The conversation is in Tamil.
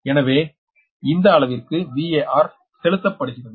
எனவே இந்த அளவுக்கு VAR செலுத்தப்படுகிறது